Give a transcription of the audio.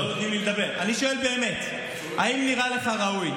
זה לא ימין ושמאל, האם נראה לך ראוי,